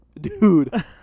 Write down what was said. dude